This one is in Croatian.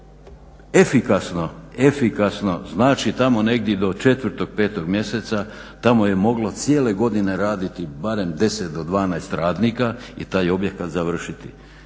efikasno, znači tamo negdje do 4., 5. mjeseca tamo je moglo cijele godine raditi barem 10 do 12 radnika i taj objekat završiti.